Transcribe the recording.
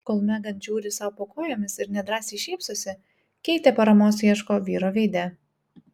kol megan žiūri sau po kojomis ir nedrąsai šypsosi keitė paramos ieško vyro veide